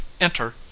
enter